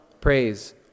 praise